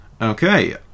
Okay